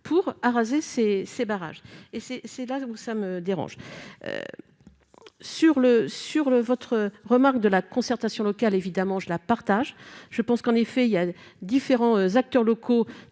pour arroser ses ces barrages et c'est, c'est là où ça me dérange sur le sur le votre remarque de la concertation locale, évidemment, je la partage, je pense qu'en effet il y a différents acteurs locaux,